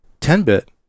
10-bit